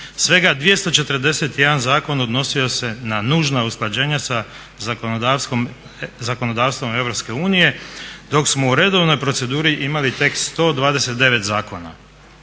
Svega 241 zakon odnosio se na nužna usklađenja sa zakonodavstvom Europske unije, dok smo u redovnoj proceduri imali tekst 129 zakona.